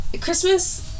Christmas